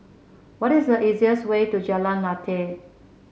what is the easiest way to Jalan Lateh